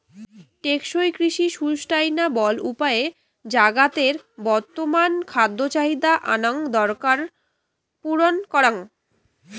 টেকসই কৃষি সুস্টাইনাবল উপায়ে জাগাতের বর্তমান খাদ্য চাহিদা এনং দরকার পূরণ করাং